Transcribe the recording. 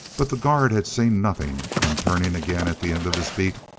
but the guard had seen nothing and, turning again at the end of his beat,